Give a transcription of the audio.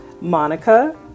Monica